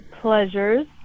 pleasures